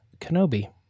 Kenobi